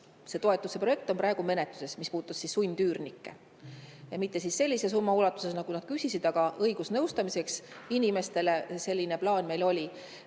see toetuse projekt on praegu menetluses, mis puudutab sundüürnikke. Mitte küll sellise summa ulatuses, nagu nad küsisid, aga õigusnõustamiseks inimestele selline plaan meil oli.